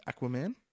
Aquaman